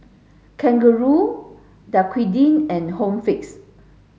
Kangaroo Dequadin and Home Fix